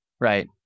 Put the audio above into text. Right